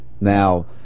Now